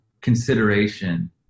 consideration